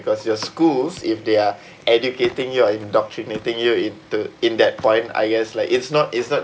because your schools if they are educating you or indoctrinating you into in that point I guess like it's not it's not